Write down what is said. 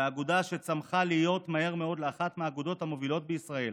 באגודה שצמחה להיות מהר מאוד לאחת האגודות המובילות בישראל.